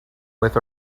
with